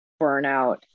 burnout